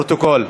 לפרוטוקול.